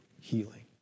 healing